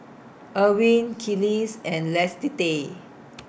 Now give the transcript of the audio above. Erwin Kelis and Lissette